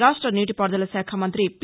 రాష్ట నీటి పారుదల శాఖ మంతి పి